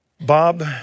Bob